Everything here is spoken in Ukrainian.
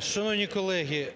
Шановні колеги,